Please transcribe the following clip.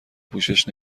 پوشش